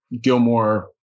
Gilmore